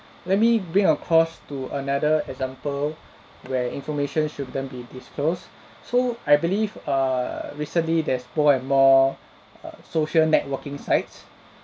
let me bring across to another example where information shouldn't be disclosed so I believe err recently there's more and more err social networking sites